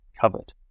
covered